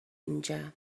اینجا